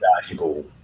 valuable